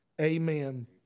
amen